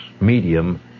medium